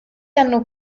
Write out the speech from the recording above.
hanno